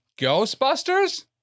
Ghostbusters